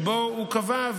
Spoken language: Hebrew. ובו הוא קבע,